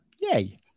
Yay